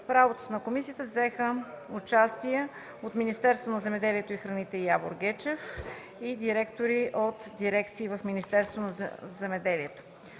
работата на комисията взеха участие – от Министерството на земеделието и храните господин Явор Гечев, и директори на дирекции в Министерството на земеделието